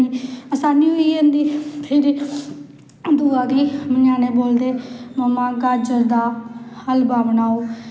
मंगन जंदे ढोल बजांदे करदे बड़ा कुश मज़ा लैंदे बच्चे